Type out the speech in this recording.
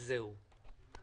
וזהו.